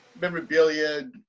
memorabilia